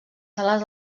sales